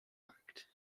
act